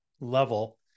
level